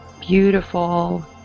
beautiful